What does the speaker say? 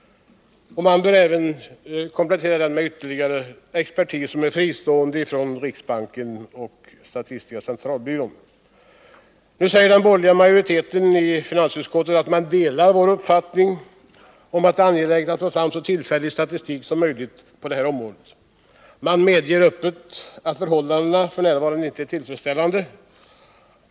Den bör även kompletteras med ytterligare expertis, som är fristående i förhållande till riksbanken och statistiska centralbyrån. Nu säger den borgerliga majoriteten i finansutskottet att man delar vår uppfattning om att det är angeläget att få fram så tillförlitlig statistik som möjligt när det gäller vår bytesbalans. Man medger öppet att förhållandena f. n. inte är tillfredsställande.